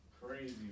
Crazy